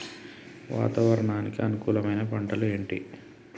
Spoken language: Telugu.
వాతావరణానికి అనుకూలమైన పంటలు ఏంటి?